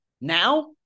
Now